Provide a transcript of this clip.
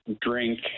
drink